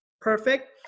perfect